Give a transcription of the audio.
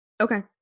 Okay